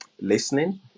listening